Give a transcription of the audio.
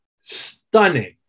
stunning